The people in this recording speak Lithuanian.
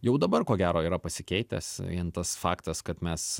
jau dabar ko gero yra pasikeitęs vien tas faktas kad mes